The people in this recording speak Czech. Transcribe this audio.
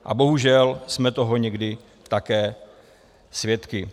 A bohužel jsme toho někdy také svědky.